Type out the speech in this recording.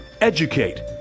educate